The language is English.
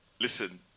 Listen